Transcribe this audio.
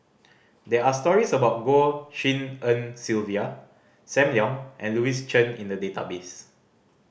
there are stories about Goh Tshin En Sylvia Sam Leong and Louis Chen in the database